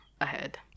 ahead